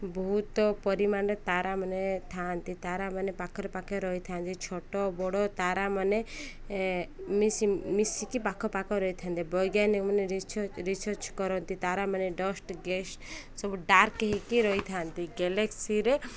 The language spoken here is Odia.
ବହୁତ ପରିମାଣରେ ତାରାମାନେ ଥାଆନ୍ତି ତାରାମାନେ ପାଖରେ ପାଖରେ ରହିଥାନ୍ତି ଛୋଟ ବଡ଼ ତାରାମାନେ ମିଶି ମିଶିକି ପାଖା ପାଖି ରହିଥାନ୍ତି ବୈଜ୍ଞାନିକମାନେ ରିସର୍ଚ କରନ୍ତି ତାରା ମାନେ ଡଷ୍ଟ ଗ୍ୟାସ୍ ସବୁ ଡାର୍କ ହେଇକି ରହିଥାନ୍ତି ଗ୍ୟାଲେକ୍ସିରେ